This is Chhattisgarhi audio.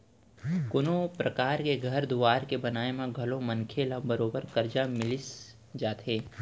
कोनों परकार के घर दुवार के बनाए म घलौ मनखे ल बरोबर करजा मिलिच जाथे